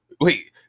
Wait